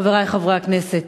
חברי חברי הכנסת.